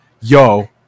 yo